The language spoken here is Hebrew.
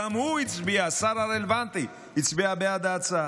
גם הוא הצביע, השר הרלוונטי, הצביע בעד ההצעה.